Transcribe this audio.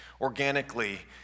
organically